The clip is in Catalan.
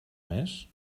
més